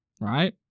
right